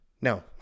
No